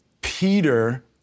Peter